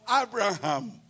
Abraham